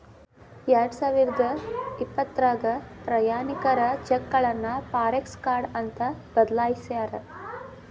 ಎರಡಸಾವಿರದ ಇಪ್ಪತ್ರಾಗ ಪ್ರಯಾಣಿಕರ ಚೆಕ್ಗಳನ್ನ ಫಾರೆಕ್ಸ ಕಾರ್ಡ್ ಅಂತ ಬದಲಾಯ್ಸ್ಯಾರ